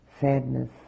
sadness